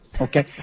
Okay